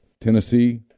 Tennessee